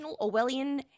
Orwellian